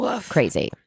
crazy